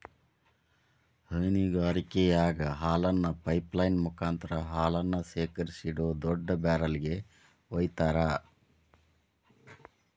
ಹೈನಗಾರಿಕೆಯಾಗ ಹಾಲನ್ನ pipeline ಮುಕಾಂತ್ರ ಹಾಲನ್ನ ಶೇಖರಿಸಿಡೋ ದೊಡ್ಡ ಬ್ಯಾರೆಲ್ ಗೆ ವೈತಾರ